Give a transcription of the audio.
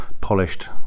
polished